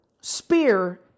spear